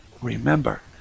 remember